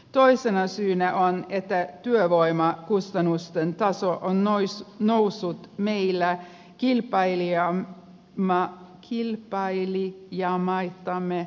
toisena syynä on että työvoimakustannusten taso on noussut meillä kilpailijamaitamme nopeammin